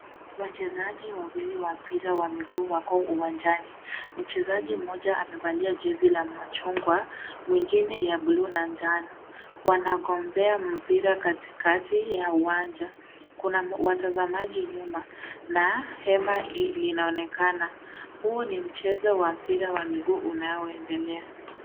Wachezaji wawili wa mpira wa mguu wako uwanjani, mchezaji mmoja amvevalia jersy la machungwa, mwingine ya bluu na jano wana gombea mpira kati kati ya uwanja. Kuna watazamaji nyuma na hema linaonekana . Huu ni mchezo wa mpira wa mguu unaoendelea.